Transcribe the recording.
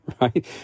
right